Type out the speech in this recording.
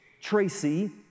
Tracy